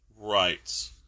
Right